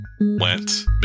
Went